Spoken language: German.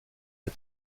der